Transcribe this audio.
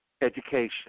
education